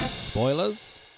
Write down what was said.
Spoilers